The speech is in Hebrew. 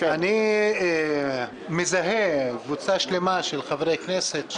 אני מזהה קבוצה שלמה של חברי כנסת,